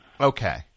Okay